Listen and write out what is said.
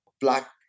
Black